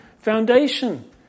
Foundation